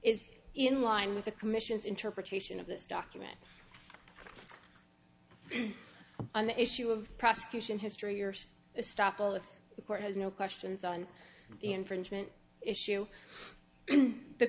is in line with the commission's interpretation of this document on the issue of prosecution history or stoppel if the court has no questions on the infringement issue the